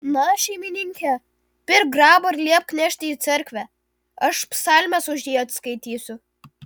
na šeimininke pirk grabą ir liepk nešti į cerkvę aš psalmes už jį atskaitysiu